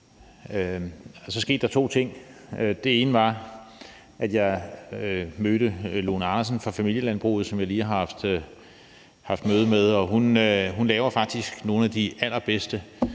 så skete der to ting. Det ene var, at jeg mødte Lone Andersen fra Familielandbruget, som jeg lige har haft møde med, og hun laver faktisk nogle af de allerbedste